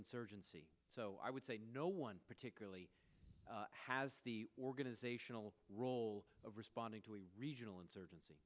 insurgency so i would say no one particularly has the organizational role of responding to a regional insurgency